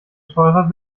teurer